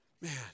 Man